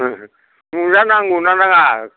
ए मुजा नांगौ ना नाङा